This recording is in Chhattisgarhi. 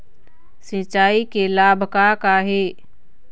सिचाई के लाभ का का हे?